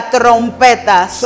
trompetas